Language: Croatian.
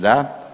Da.